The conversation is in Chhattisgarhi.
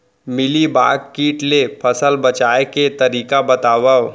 मिलीबाग किट ले फसल बचाए के तरीका बतावव?